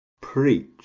preach